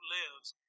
lives